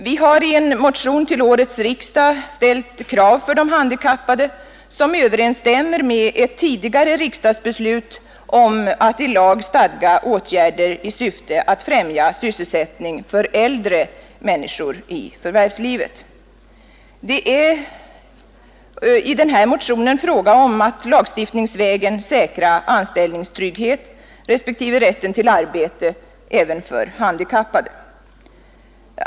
Vi har i en motion till årets riksdag ställt krav för de handikappade som överensstämmer med ett tidigare riksdagsbeslut om att i lag stadga åtgärder i syfte att främja sysselsättningen för äldre människor i förvärvslivet. Det är i den motionen fråga om att lagstiftningsvägen säkra anställningstrygghet respektive rätten till arbete även för handikappade.